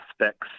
aspects